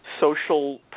social